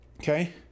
okay